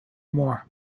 more